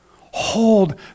hold